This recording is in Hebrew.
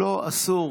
לא, אסור.